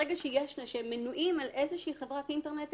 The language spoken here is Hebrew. ברגע שהם מנויים על איזושהי חברת אינטרנט,